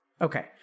okay